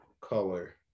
color